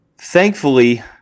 Thankfully